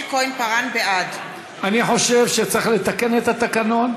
בעד אני חושב שצריך לתקן את התקנון,